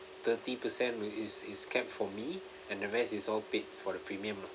thirty percent is is kept for me and the rest is all paid for the premium lah